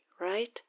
right